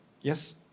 Yes